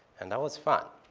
and that was fun.